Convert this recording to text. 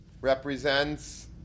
represents